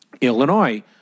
Illinois